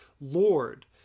Lord